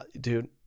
dude